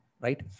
right